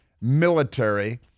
military